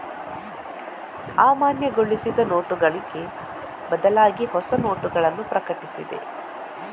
ಅಮಾನ್ಯಗೊಳಿಸಿದ ನೋಟುಗಳಿಗೆ ಬದಲಾಗಿಹೊಸ ನೋಟಗಳನ್ನು ಪ್ರಕಟಿಸಿದೆ